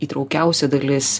įtraukiausia dalis